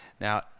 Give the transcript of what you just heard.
Now